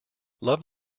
love